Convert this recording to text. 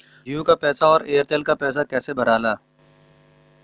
जीओ का पैसा और एयर तेलका पैसा कैसे भराला?